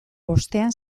bostean